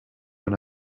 when